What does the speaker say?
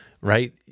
right